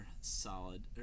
Solid